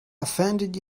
offended